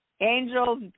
angels